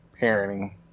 parenting